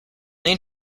need